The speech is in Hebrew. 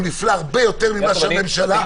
הוא נפלא הרבה יותר ממה שהממשלה --- יעקב,